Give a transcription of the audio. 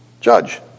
judge